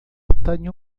tenho